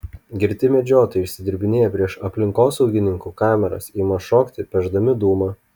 girti medžiotojai išsidirbinėja prieš aplinkosaugininkų kameras ima šokti pešdami dūmą